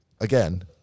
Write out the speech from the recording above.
again